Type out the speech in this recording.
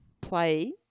play